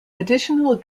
additional